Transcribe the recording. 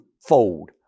fold